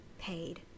paid